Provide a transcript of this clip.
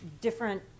different